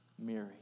Mary